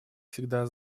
всегда